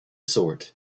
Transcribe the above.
sort